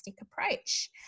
approach